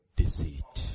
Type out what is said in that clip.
deceit